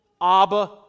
Abba